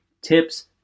tips